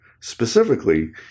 Specifically